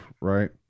right